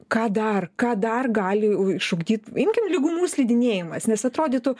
ką dar ką dar gali išugdyt imkim lygumų slidinėjimas nes atrodytų